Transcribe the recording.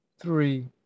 three